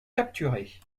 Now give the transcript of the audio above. capturés